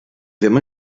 ddim